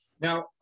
Now